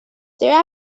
their